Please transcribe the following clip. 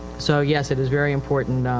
so yes, it is very important,